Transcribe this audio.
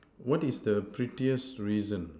what is the prettiest reason